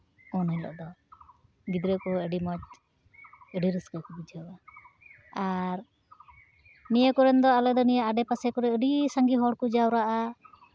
ᱩᱱᱦᱤᱞᱳᱜ ᱫᱚ ᱜᱤᱫᱽᱨᱟᱹ ᱠᱚᱦᱚᱸ ᱟᱹᱰᱤ ᱢᱚᱡᱽ ᱟᱹᱰᱤ ᱨᱟᱹᱥᱠᱟᱹ ᱠᱚ ᱵᱩᱡᱷᱟᱹᱣᱟ ᱟᱨ ᱱᱤᱭᱟᱹ ᱠᱚᱨᱮᱱ ᱫᱚ ᱟᱞᱮ ᱫᱚ ᱱᱤᱭᱟᱹ ᱟᱰᱮᱯᱟᱥᱮ ᱠᱚᱨᱮᱜ ᱟᱹᱰᱤ ᱰᱟᱸᱜᱮ ᱦᱚᱲᱠᱚ ᱡᱟᱣᱨᱟᱜᱼᱟ